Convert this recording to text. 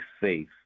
safe